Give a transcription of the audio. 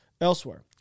elsewhere